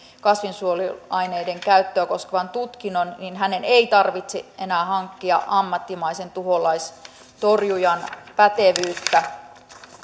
kasvinsuojeluaineiden käyttöä koskevan tutkinnon tarvitse enää hankkia ammattimaisen tuholaistorjujan pätevyyttä